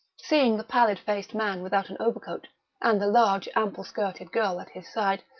seeing the pallid-faced man without an overcoat and the large ample-skirted girl at his side,